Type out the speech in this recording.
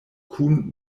kun